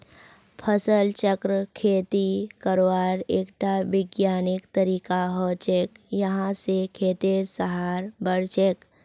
फसल चक्र खेती करवार एकटा विज्ञानिक तरीका हछेक यहा स खेतेर सहार बढ़छेक